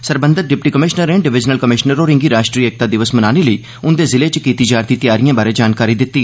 सरबंधत डिप्टी कमिशनरें divisional commissioner होरें'गी राष्ट्री एकता दिवस मनाने लेई उंदे जिलें च कीती जा'रदी तैयारिए बारै जानकारी दित्ती